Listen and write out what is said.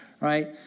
right